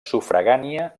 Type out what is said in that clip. sufragània